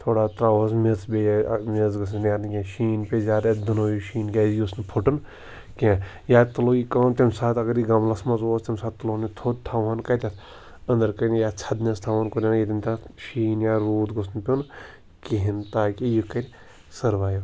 تھوڑا ترٛاوہوس میٚژ بیٚیہِ میٚژ گٔژھ نہٕ نیرٕن کینٛہہ شیٖن پیٚیہِ زیادٕ اَسہِ دٕنویہِ شیٖن گیازِ یُس نہٕ پھُٹُن کیٚنٛہہ یا تُلو یہِ کٲم تمہِ ساتہٕ اگر یہِ گَملَس منٛز اوس تمہِ ساتہٕ تُلہُن نہٕ تھوٚد تھاوہَن کَتٮ۪تھ أنٛدٕر کَنہِ یا ژھدنٮ۪س تھاوہُن کوٚر ییٚتٮ۪ن تَتھ شیٖن یا روٗد گوٚژھ نہٕ پیٚون کِہیٖنۍ تاکہِ یہِ کَرِ سٔروایِو